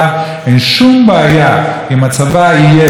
אם הצבא יהיה צבא מקצועי שמשלם טוב,